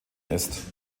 ist